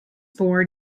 born